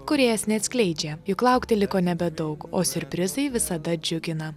kūrėjas neatskleidžia juk laukti liko nebedaug o siurprizai visada džiugina